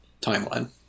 timeline